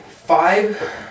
Five